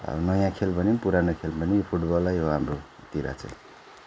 अब नयाँ खेल भने नि पुरानो खेल भने नि यो फुटबलै हो हाम्रोतिर चाहिँ